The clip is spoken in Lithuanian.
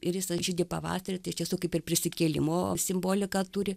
irisas žydi pavasarį tai iš tiesų kaip ir prisikėlimo simboliką turi